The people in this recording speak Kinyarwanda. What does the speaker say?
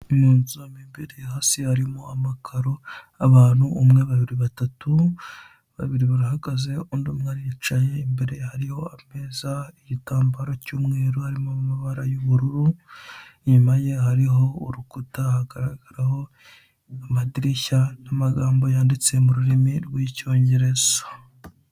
Mu nzu, mo imbere hasi harimo amakaro, abantu; umwe babiri, batatu, babiri barahagaze, undi umwe aricaye, imbere hariho ameza, igitambaro cy'umweru, harimo amabara y'ubururu, inyuma ye hariho urukuta hagaragaraho amadirishya n'amagamho yanditse mu ririmo rw'Icyongereza.